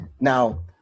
Now